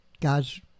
God's